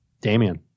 Damian